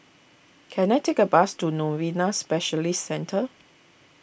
can I take a bus to Novena Specialist Centre